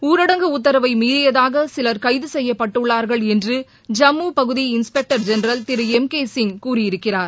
ஊரடங்கு உத்தரவை மீறியதாக சிலர் கைது செய்யப்பட்டுள்ளார்கள் என்று ஜம்மு பகுதி இன்ஸ்பெக்டர் ஜென்ரல் திரு எம் கே சிங் கூறியிருக்கிறார்